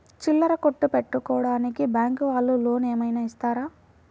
చిల్లర కొట్టు పెట్టుకోడానికి బ్యాంకు వాళ్ళు లోన్ ఏమైనా ఇస్తారా?